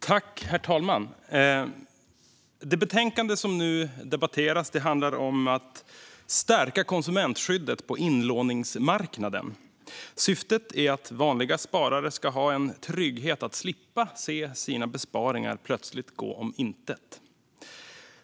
Herr talman! Det betänkande som nu debatteras handlar om att stärka konsumentskyddet på inlåningsmarknaden. Syftet är att vanliga sparare ska ha tryggheten att slippa se sina besparingar plötsligt gå om intet.